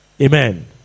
Amen